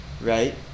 right